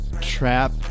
trap